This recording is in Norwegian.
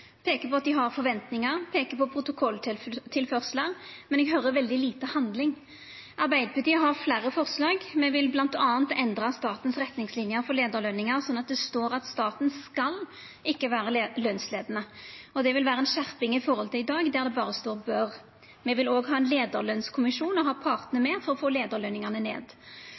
på styra, peikar på at dei har forventningar, peikar på protokolltilførslar, men eg høyrer veldig lite om handling. Arbeidarpartiet har fleire forslag. Me vil bl.a. endra statens retningslinjer for leiarløningar slik at det står at staten ikkje «skal» vera lønsleiande. Det vil vera ei skjerping i forhold til i dag, der det berre står «bør». Me vil òg ha ein leiarlønskommisjon og ha partane med på å få leiarløningane ned.